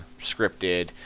scripted